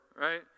right